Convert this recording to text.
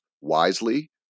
wisely